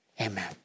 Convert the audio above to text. Amen